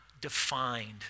defined